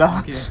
okay